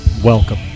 Welcome